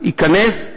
יתכנס,